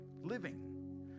living